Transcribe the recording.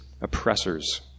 oppressors